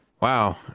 wow